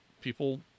people